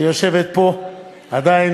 שיושבת פה עדיין,